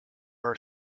are